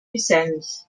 vicenç